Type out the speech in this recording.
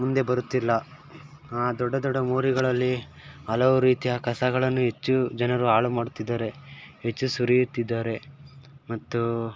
ಮುಂದೆ ಬರುತ್ತಿಲ್ಲ ದೊಡ್ಡ ದೊಡ್ಡ ಮೋರಿಗಳಲ್ಲಿ ಹಲವು ರೀತಿಯ ಕಸಗಳನ್ನು ಹೆಚ್ಚು ಜನರು ಹಾಳು ಮಾಡುತ್ತಿದ್ದಾರೆ ಹೆಚ್ಚು ಸುರಿಯುತ್ತಿದ್ದಾರೆ ಮತ್ತು